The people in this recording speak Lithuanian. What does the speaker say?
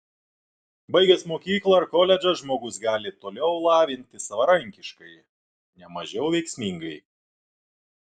baigęs mokyklą ar koledžą žmogus gali toliau lavintis savarankiškai ne mažiau veiksmingai